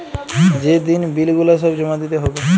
যে দিন বিল গুলা সব জমা দিতে হ্যবে